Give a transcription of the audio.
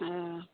अऽ